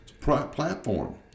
platform